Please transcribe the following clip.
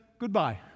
Goodbye